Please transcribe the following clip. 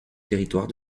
territoire